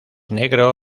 negro